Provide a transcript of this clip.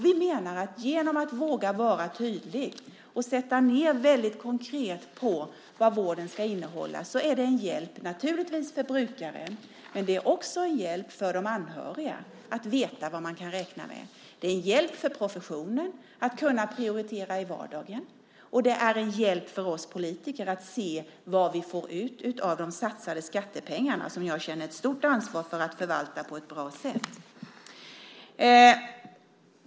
Vi menar att genom att våga vara tydlig och konkret sätta upp vad vården ska innehålla skapar man en hjälp, naturligtvis för brukaren men också för de anhöriga, när det gäller att veta vad man kan räkna med. Det är en hjälp för professionen att kunna prioritera i vardagen och det är en hjälp för oss politiker att se vad det är vi får ut av de satsade skattepengarna, som jag känner ett stort ansvar för att förvalta på ett bra sätt.